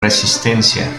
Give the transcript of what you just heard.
resistencia